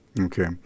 Okay